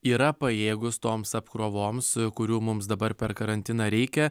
yra pajėgūs toms apkrovoms kurių mums dabar per karantiną reikia